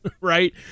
Right